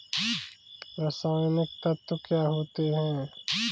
रसायनिक तत्व क्या होते हैं?